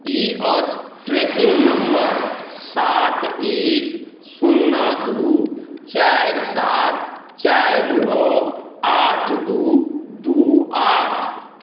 ई अछि tracking number सात एक शुन्ना दू चारि सात चारि नओ आठ दू दू आठ